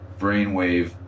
brainwave